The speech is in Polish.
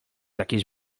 jakiejś